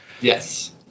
Yes